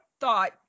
thought